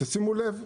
תשימו לב,